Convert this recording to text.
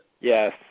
Yes